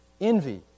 envy